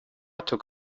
took